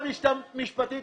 אתה בודק בטלפון מה זה סעיף 13?